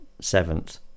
seventh